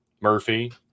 Murphy